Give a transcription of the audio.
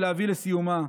ולהביא לסיומה.